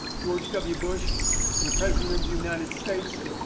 george w. bush and the president of the united states,